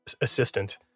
assistant